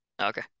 Okay